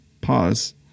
pause